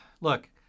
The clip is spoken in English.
Look